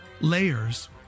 layers